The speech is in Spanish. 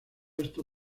esto